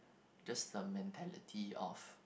just the mentality of